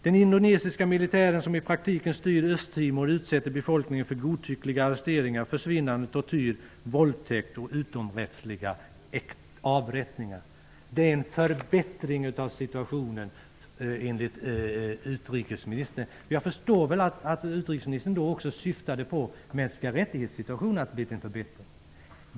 Den indonesiska militären, som i praktiken styr Östtimor, utsätter befolkningen för godtyckliga arresteringar, tortyr, våldtäkt och utomrättsliga avrättningar. Det är en förbättring av situationen enligt utrikesministern. Jag förstår att utrikesministern också syftade på mänskliga rättigheter och menade att situationen har blivit bättre.